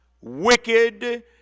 wicked